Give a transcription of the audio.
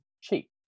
cheap